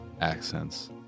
accents